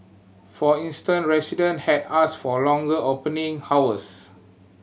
for instance resident had asked for longer opening hours